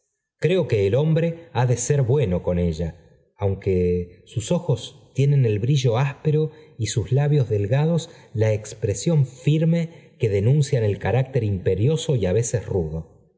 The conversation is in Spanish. creo que el hombre ha de ser bueno con ella aunque sus ojos tienen el brillo áspero y sus labios delgados la expresión firme que denuncian el carácter imperioso y á veces rudo